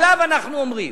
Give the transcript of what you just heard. עליו אנחנו אומרים,